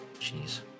Jeez